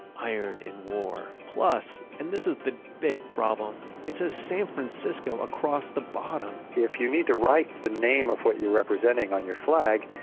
iron in war. plus, and this is the big problem, it says san francisco across the bottom! if you need to write the name of what you're representing on your flag,